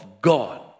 God